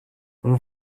اون